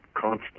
constant